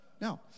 No